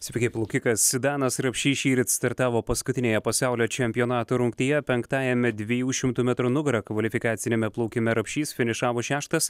sveiki plaukikas danas rapšys šįryt startavo paskutinėje pasaulio čempionato rungtyje penktajame dviejų šimtų metrų nugara kvalifikaciniame plaukime rapšys finišavo šeštas